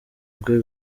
bwe